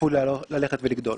צפוי ללכת ולגדול.